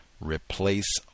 Replace